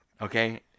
Okay